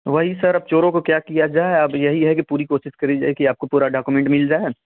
वही सर अब चोरो को क्या किया जाए अब यही है की पूरी कोशिश करी जाए की आपको पूरा डाकुमेंट मिल जाए